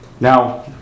Now